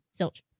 Silch